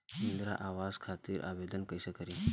इंद्रा आवास खातिर आवेदन कइसे करि?